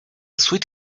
sweet